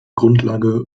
grundlage